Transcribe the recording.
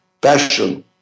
passion